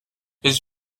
his